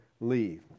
leave